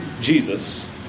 Jesus